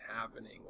happening